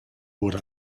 wurde